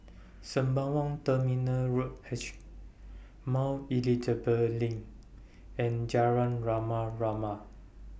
Sembawang Terminal Road H Mount Elizabeth LINK and Rama Rama